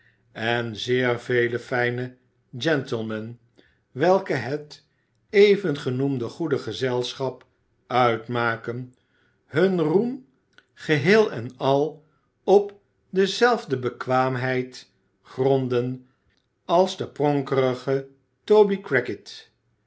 en zeer vele fijne gentlemen welke het evengenoemde goede gezelschap uitmaken hun roem geheel en al op dezelfde bekwaamheid gronden als de pronkerige toby crackit